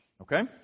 Okay